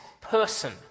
person